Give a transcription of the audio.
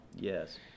yes